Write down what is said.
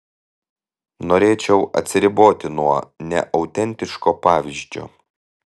norėčiau atsiriboti nuo neautentiško pavyzdžio